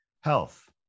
health